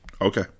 okay